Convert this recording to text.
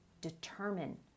determine